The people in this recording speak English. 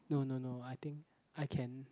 no no no I think I can